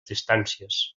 distàncies